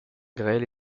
grêle